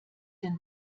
denn